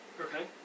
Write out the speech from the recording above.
Okay